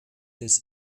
des